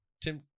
Tim